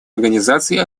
организации